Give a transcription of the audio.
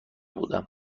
بودم